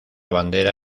bandera